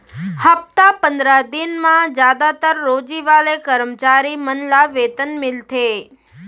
हप्ता पंदरा दिन म जादातर रोजी वाले करम चारी मन ल वेतन मिलथे